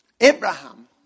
Abraham